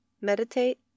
meditate